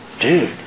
Dude